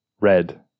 red